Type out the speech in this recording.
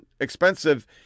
expensive